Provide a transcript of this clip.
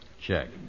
Check